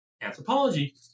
Anthropology